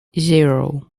zero